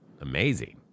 amazing